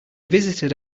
visited